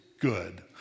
good